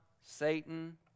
Satan